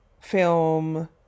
Film